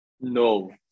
No